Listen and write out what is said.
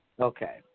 Okay